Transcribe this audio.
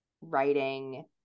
writing